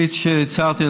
כפי שהצהרתי,